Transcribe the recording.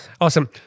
Awesome